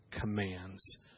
commands